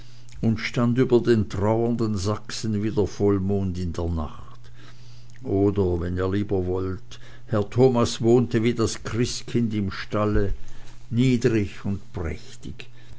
und stand über den trauernden sachsen wie der vollmond in der nacht oder wenn ihr lieber wollt herr thomas wohnte wie das christkind im stalle niedrig und prächtig